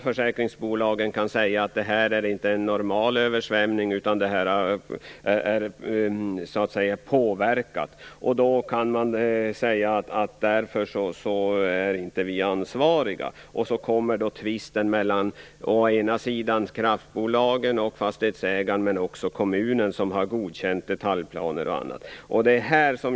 Försäkringsbolagen kan då säga att det inte är en normal översvämning, utan att människor har påverkat, och att försäkringsbolagen därför inte är ansvariga. Då blir det en tvist mellan kraftbolag och fastighetsägare, men också gentemot kommunen, som har godkänt detaljplanen.